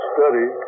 Study